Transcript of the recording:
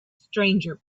stranger